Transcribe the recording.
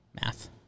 math